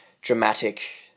dramatic